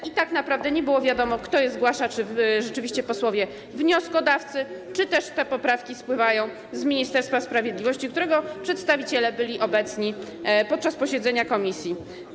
I tak naprawdę nie było wiadomo, kto je zgłasza, czy rzeczywiście posłowie wnioskodawcy, czy też te poprawki spływają z Ministerstwa Sprawiedliwości, którego przedstawiciele byli obecni podczas posiedzenia komisji.